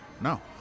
No